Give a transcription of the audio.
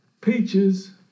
peaches